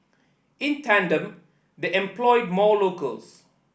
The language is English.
in tandem they employed more locals